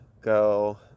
go